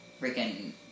freaking